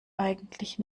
eigentlich